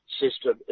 system